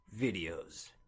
videos